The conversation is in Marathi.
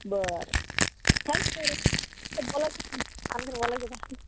बरं थँक्यू मॅडम बोलायचं आणखी बोलायचं का